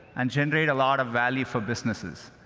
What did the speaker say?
and generate a lot of value for businesses.